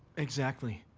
exactly.